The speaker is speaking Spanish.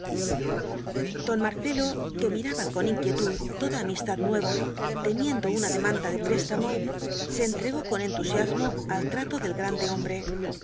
don marcelo que miraba con inquietud toda amistad nueva temiendo una demanda de préstamo se entregó con entusiasmo al trato del grande hombre